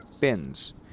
bins